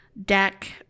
deck